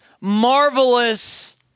marvelous